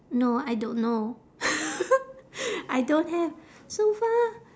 no I don't know I don't have so far